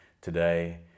today